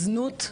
זנות,